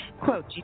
Quote